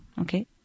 okay